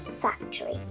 factory